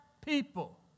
people